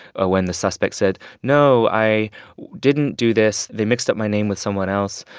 ah when the suspect said, no, i didn't do this they mixed up my name with someone else,